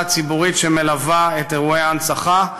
הציבורית שמלווה את אירועי ההנצחה,